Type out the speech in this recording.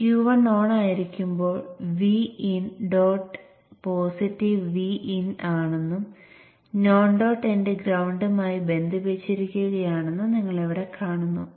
Q3 ഓണായിരിക്കുമ്പോൾ non dot end Vin ലേക്ക് connect ചെയ്തിരിക്കുന്നത് നിങ്ങൾ കാണുന്നു